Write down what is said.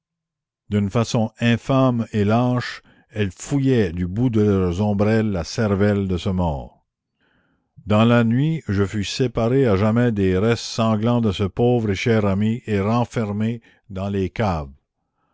d'une façon infâme et lâche elles fouillaient du bout de leurs ombrelles la cervelle de ce mort la commune dans la nuit je fus séparé à jamais des restes sanglants de ce pauvre et cher ami et renfermé dans les caves